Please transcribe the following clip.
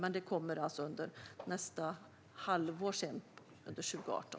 Men det kommer alltså under nästa halvår, 2018.